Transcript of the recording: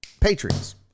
Patriots